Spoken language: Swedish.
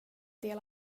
del